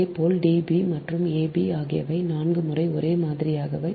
இதேபோல் d b மற்றும் a b ஆகியவை 4 முறை ஒரே மாதிரியானவை